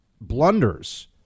blunders